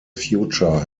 future